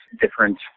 different